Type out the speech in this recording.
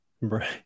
Right